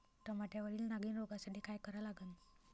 टमाट्यावरील नागीण रोगसाठी काय करा लागन?